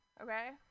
okay